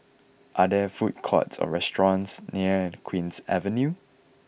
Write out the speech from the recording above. are there food courts or restaurants near Queen's Avenue